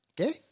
Okay